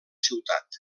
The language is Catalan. ciutat